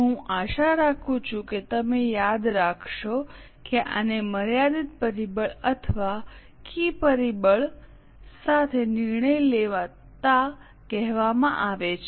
હું આશા રાખું છું કે તમે યાદ રાખશો કે આને મર્યાદિત પરિબળ અથવા કી પરિબળ સાથે નિર્ણય લેતા કહેવામાં આવે છે